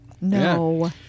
No